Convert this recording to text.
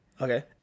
Okay